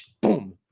boom